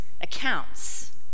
accounts